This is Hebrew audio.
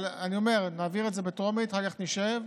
אבל אני אומר, נעביר את זה בטרומית, אחר כך נשב.